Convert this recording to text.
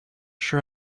sure